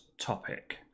topic